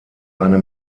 eine